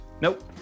Nope